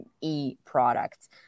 e-products